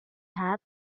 hat